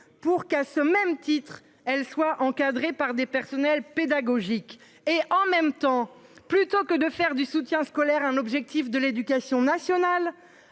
pour qu'à ce même titre elle soit encadrés par des personnels pédagogiques et en même temps plutôt que de faire du soutien scolaire, un objectif de l'éducation nationale